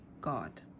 God